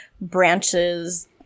branches